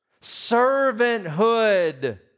servanthood